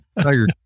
Tiger